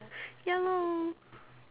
ya lor